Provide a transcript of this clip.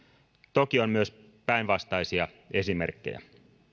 toki on myös päinvastaisia esimerkkejä